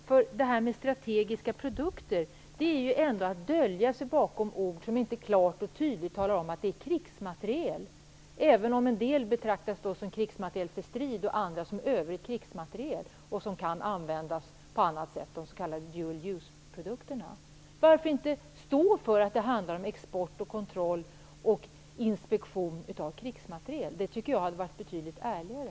Det här med uttrycket strategiska produkter är ändå ett sätt att dölja sig bakom ord som inte klart och tydligt talar om att det rör sig om krigsmateriel, även om en del betraktas som krigsmateriel för strid och andra som övrig krigsmateriel som kan användas på annat sätt, t.ex. de s.k. dual use-produkterna. Varför inte stå för att det handlar om export och kontroll och inspektion av krigsmateriel? Det tycker jag hade varit betydligt ärligare.